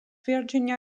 virginia